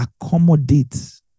accommodate